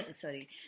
Sorry